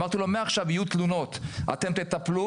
אמרתי לו: מעכשיו יהיו תלונות, אתם תטפלו?